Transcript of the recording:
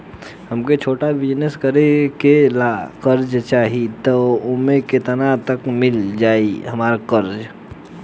हमरा छोटा बिजनेस करे ला कर्जा चाहि त ओमे केतना तक मिल जायी हमरा कर्जा?